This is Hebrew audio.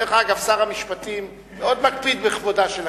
דרך אגב, שר המשפטים מאוד מקפיד בכבודה של הכנסת.